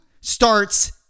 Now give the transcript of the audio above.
starts